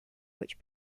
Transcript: which